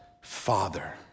father